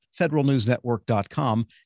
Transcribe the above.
federalnewsnetwork.com